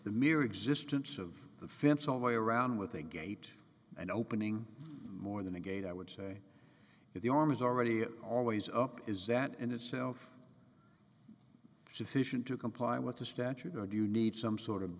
the mere existence of the fence all way around with a gate and opening more than a gate i would say if the arm is already always up is that in itself sufficient to comply with the statute or do you need some sort of